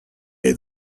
had